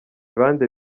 bande